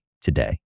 today